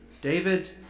David